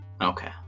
Okay